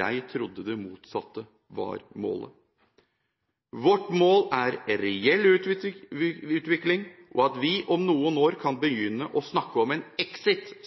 Jeg trodde det motsatte var målet. Vårt mål er reell utvikling og at vi om noen år kan begynne å snakke om en